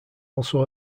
also